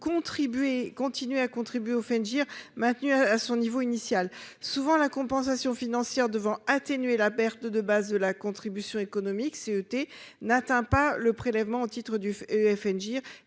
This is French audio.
continuer à contribuer au enfin dire maintenu à son niveau initial souvent la compensation financière devant atténuer la perte de base de la contribution économique CET n'atteint pas le prélèvement au titre du FN GIR